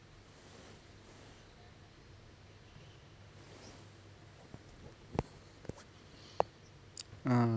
ah~